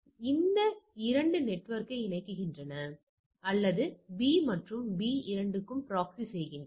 எனவே இவை அந்த 2 நெட்வொர்க்கை இணைக்கின்றன அல்லது B மற்றும் B இரண்டிற்கும் ப்ராக்ஸி செய்கின்றன